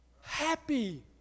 happy